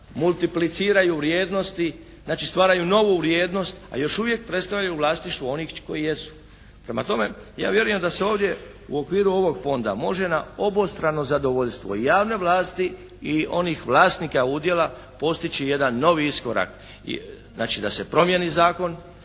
multipliciraju vrijednosti, znači stvaraju novu vrijednost, a još uvijek predstavljaju u vlasništvu onih koji jesu. Prema tome, ja vjerujem da se ovdje u okviru ovog fonda može na obostrano zadovoljstvo i javna vlasti i onih vlasnika udjela postići jedan novi iskorak, znači da se promijeni zakon,